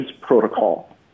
protocol